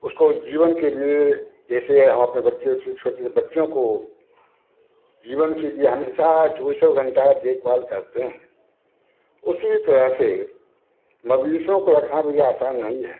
उसको जीवन के लिए जैसे हम अपने बच्चे उच्चे छोटी सी बच्चियों को जीवन के लिए हमेशा चौबीसों घंटा देख भाल करते हैं उसी तरह से मवेशियों को रखना भी आसान नहीं है